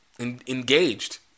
engaged